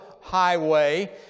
highway